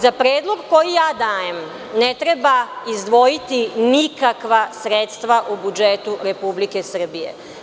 Za predlog koji ja dajem ne treba izdvojiti nikakva sredstva u budžetu Republike Srbije.